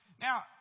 Now